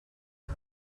him